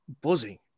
buzzing